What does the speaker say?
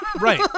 right